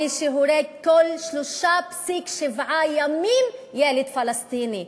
מי שהורג בכל 3.7 ימים ילד פלסטיני.